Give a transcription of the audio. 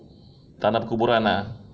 tanah perkuburan ah